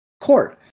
court